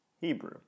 Hebrew